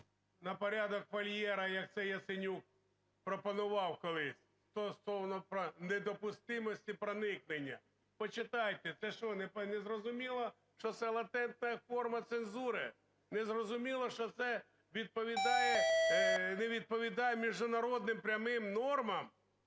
на порядок вольєра, як це Яценюк пропонував колись, стосовно недопустимості проникнення. Почитайте. Це що, не зрозуміло, що це латентна форма цензури? Не зрозуміло, що це не відповідає міжнародним прямим нормам?